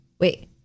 wait